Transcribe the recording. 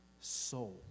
soul